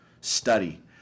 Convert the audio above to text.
study